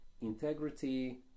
integrity